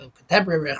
contemporary